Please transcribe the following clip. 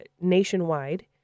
nationwide